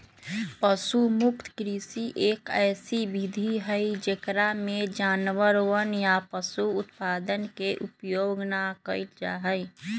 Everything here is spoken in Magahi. पशु मुक्त कृषि, एक ऐसी विधि हई जेकरा में जानवरवन या पशु उत्पादन के उपयोग ना कइल जाहई